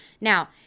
Now